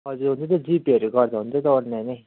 हजुर हुन्छ जिपेहरू गर्दा हुन्छ त अनलाइनै